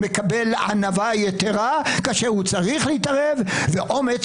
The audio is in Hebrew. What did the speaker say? מקבל ענווה יתרה כאשר צריך להתערב ואומץ